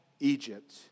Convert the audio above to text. Egypt